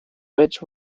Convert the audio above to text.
which